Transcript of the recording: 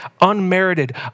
unmerited